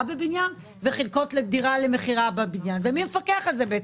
בבניין וחלקן דירות למכירה בבניין ובעצם מי מפקח על זה?